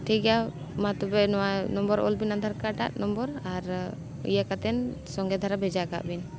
ᱴᱷᱤᱠ ᱜᱮᱭᱟ ᱢᱟ ᱛᱚᱵᱮ ᱱᱚᱣᱟ ᱱᱟᱢᱵᱟᱨ ᱚᱞ ᱵᱤᱱ ᱟᱫᱷᱟᱨ ᱠᱟᱨᱰ ᱟᱜ ᱱᱟᱢᱵᱟᱨ ᱟᱨ ᱤᱭᱟᱹ ᱠᱟᱛᱮᱫ ᱥᱚᱸᱜᱮ ᱫᱷᱟᱨᱟ ᱵᱷᱮᱡᱟ ᱠᱟᱜ ᱵᱤᱱ